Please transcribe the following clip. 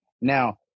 Now